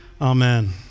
Amen